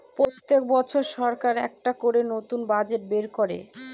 প্রতি বছর সরকার একটা করে নতুন বাজেট বের করে